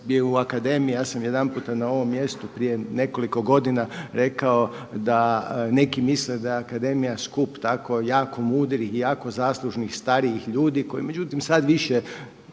u Akademiji, ja sam jedanputa na ovom mjestu prije nekoliko godina rekao da neki misle da Akademija skup tako jako mudrih i jako zaslužnih starijih ljudi koji međutim sad više